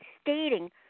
stating